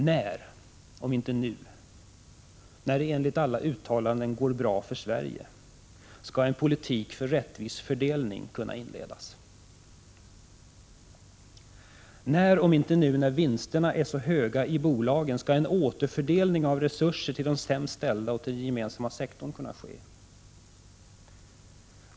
När, om inte nu — när det enligt alla uttalanden går bra för Sverige — skall en politik för rättvis fördelning kunna inledas? När, om inte nu — när vinsterna är så höga i bolagen — skall en återfördelning av resurser till de sämst ställda och den gemensamma sektorn kunna ske?